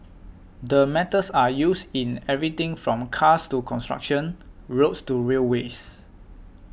the metals are used in everything from cars to construction roads to railways